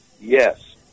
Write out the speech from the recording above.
Yes